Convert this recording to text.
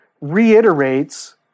reiterates